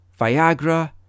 Viagra